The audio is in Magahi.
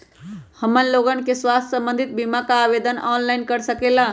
हमन लोगन के स्वास्थ्य संबंधित बिमा का आवेदन ऑनलाइन कर सकेला?